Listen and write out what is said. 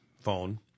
phone